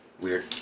Weird